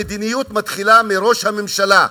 המדיניות מתחילה מראש הממשלה,